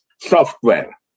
software